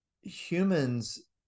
humans